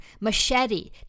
Machete